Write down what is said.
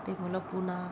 ते मुलं पुणा